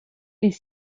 est